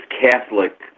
catholic